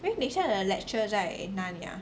eh 等一下你的 lecture 哪里 ah